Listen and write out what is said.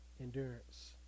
endurance